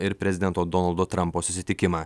ir prezidento donaldo trampo susitikimą